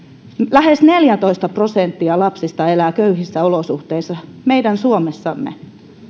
lähes neljätoista prosenttia lapsista elää köyhissä olosuhteissa meidän suomessamme